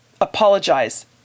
apologize